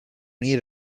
need